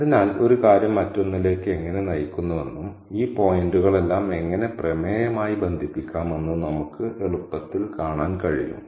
അതിനാൽ ഒരു കാര്യം മറ്റൊന്നിലേക്ക് എങ്ങനെ നയിക്കുന്നുവെന്നും ഈ പോയിന്റുകളെല്ലാം എങ്ങനെ പ്രമേയപരമായി ബന്ധിപ്പിക്കാമെന്നും നമുക്ക് എളുപ്പത്തിൽ കാണാൻ കഴിയും